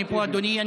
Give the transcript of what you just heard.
אני פה, אדוני.